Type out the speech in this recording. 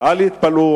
אל יתפלאו,